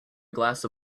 glass